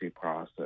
process